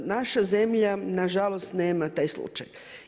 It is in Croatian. Naša zemlja, nažalost nema taj slučaj.